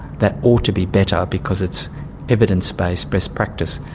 that ought to be better because it's evidence-based best practice.